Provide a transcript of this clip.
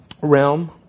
realm